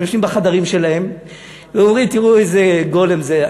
הם יושבים בחדרים שלהם והם אומרים: תראו איזה גולם זה,